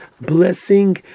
blessing